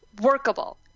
workable